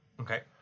Okay